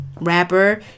rapper